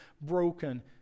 broken